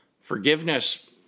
Forgiveness